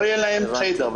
לא יהיה להם חדר,